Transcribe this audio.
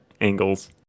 angles